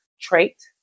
trait